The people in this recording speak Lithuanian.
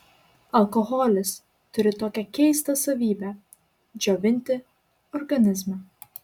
alkoholis turi tokią keistą savybę džiovinti organizmą